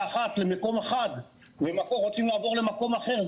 אחת למקום אחד ורוצים לעבור למקום אחר,